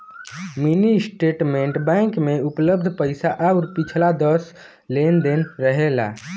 mini statement bank में उपलब्ध पैसा आउर पिछला दस लेन देन रहेला